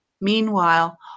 Meanwhile